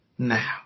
Now